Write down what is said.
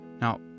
Now